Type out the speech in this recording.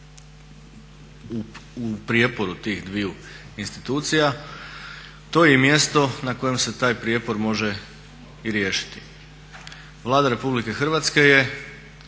u prijeporu tih dviju institucija, to je i mjesto na kojem se taj prijepor može i riješiti. Vlada RH je temeljem